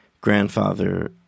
grandfather